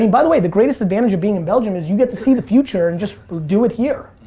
and by the way, the greatest advantage of being in belgium is you get to see the future and just do it here.